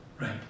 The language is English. Right